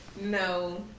No